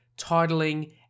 titling